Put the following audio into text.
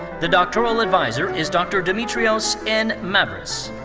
the doctoral adviser is dr. dimitrios n. mavris.